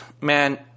Man